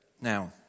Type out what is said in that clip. Now